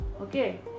Okay